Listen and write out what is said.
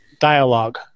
dialogue